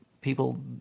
people